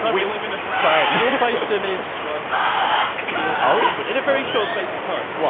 we live in a society. you're close to a million subscribers. so that's pretty awesome. are we? but in a very short space of time.